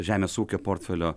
žemės ūkio portfelio